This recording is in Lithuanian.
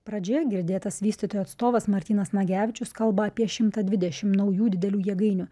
pradžioje girdėtas vystytojų atstovas martynas nagevičius kalba apie šimtą dvidešimt naujų didelių jėgainių